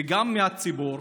וגם הציבור,